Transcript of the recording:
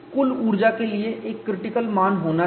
कुल ऊर्जा के लिए एक क्रिटिकल मान होना चाहिए